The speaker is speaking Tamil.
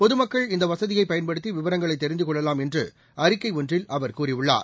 பொதுமக்கள் இந்த வசதியை பயன்படுத்தி விவரங்களை தெரிந்து கொள்ளலாம் என்று அறிக்கை ஒன்றில் அவர் கூறியுள்ளார்